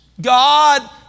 God